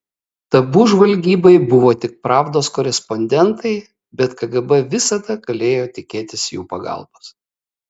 tabu žvalgybai buvo tik pravdos korespondentai bet kgb visada galėjo tikėtis jų pagalbos